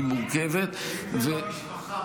היא מורכבת -- ואם זה במשפחה,